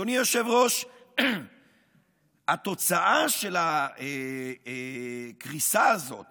אדוני היושב-ראש, התוצאה של הקריסה הזאת